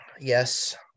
Yes